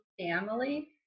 family